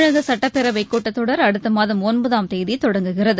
தமிழக சட்டப்பேரவை கூட்டத்தொடர் அடுத்த மாதம் ஒன்பதாம் தேதி தொடங்குகிறது